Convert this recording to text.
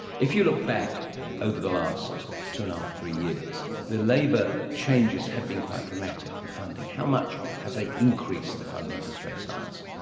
if you look back over the last two-and-a-half, three years, the labor changes have been quite dramatic, the funding. how much have they increased the funding for straight science?